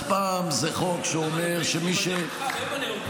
אז פעם זה חוק שאומר שמי --- הוא ממנה אותך,